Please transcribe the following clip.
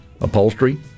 Upholstery